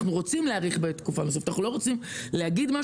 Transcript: אנחנ ורוצים להאריך בתקופה מסוימת,